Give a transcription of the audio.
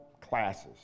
classes